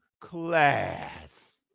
class